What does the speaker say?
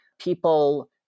People